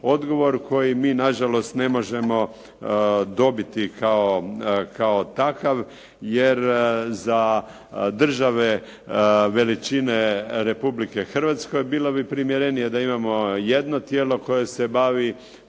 koji mi na žalost ne možemo dobiti kao takav. Jer za države veličine Republike Hrvatske bilo bi primjerenije da imamo jedno tijelo koje se bavi